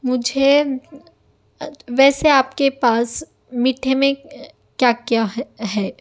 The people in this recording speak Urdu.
مجھے ویسے آپ کے پاس میٹھے میں کیا کیا ہے